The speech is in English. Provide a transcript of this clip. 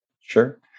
Sure